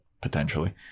potentially